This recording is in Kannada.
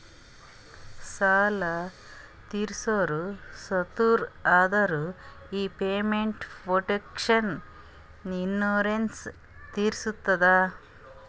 ಸಾಲಾ ತೀರ್ಸೋರು ಸತ್ತುರ್ ಅಂದುರ್ ಈ ಪೇಮೆಂಟ್ ಪ್ರೊಟೆಕ್ಷನ್ ಇನ್ಸೂರೆನ್ಸ್ ತೀರಸ್ತದ